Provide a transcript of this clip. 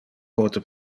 pote